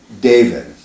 david